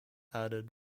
added